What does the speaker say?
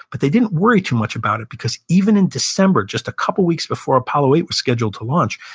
but they didn't worry too much about it because even in december, just a couple weeks before apollo eight was scheduled to launch,